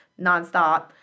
nonstop